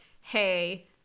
hey